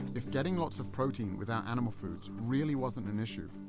if getting lots of protein without animal foods really wasn't an issue,